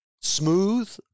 smooth